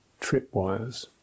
tripwires